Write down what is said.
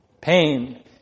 Pain